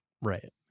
right